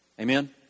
Amen